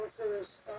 workers